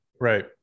Right